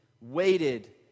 waited